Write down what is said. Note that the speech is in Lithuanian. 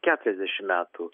keturiasdešim metų